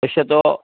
पश्यतु